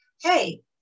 hey